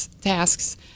tasks